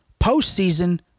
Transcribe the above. postseason